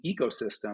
ecosystem